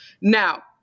now